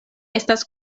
estas